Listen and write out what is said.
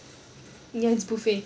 ya it's buffet